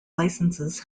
licenses